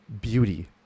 beauty